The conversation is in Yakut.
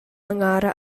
аҥаара